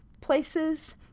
places